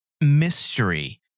mystery